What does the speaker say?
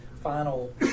final